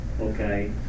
okay